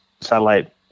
satellite